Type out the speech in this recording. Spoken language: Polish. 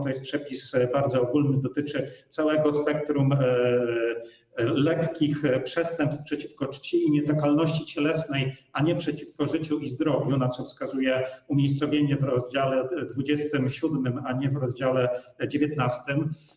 To jest przepis bardzo ogólny, który dotyczy całego spektrum lekkich przestępstw przeciwko czci i nietykalności cielesnej, a nie przeciwko życiu i zdrowiu, na co wskazuje umiejscowienie w rozdziale 27, a nie w rozdziale 19.